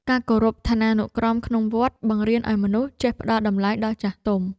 ការគោរពឋានានុក្រមក្នុងវត្ត បង្រៀនឱ្យមនុស្សចេះផ្តល់តម្លៃដល់ចាស់ទុំ។